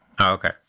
Okay